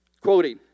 quoting